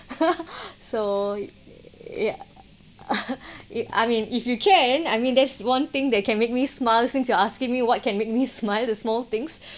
so ya it I mean if you can I mean there's one thing that can make me smile since you asking me what can make me smile the small things